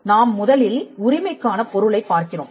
நாம் முதலில் உரிமைக்கான பொருளைப் பார்க்கிறோம்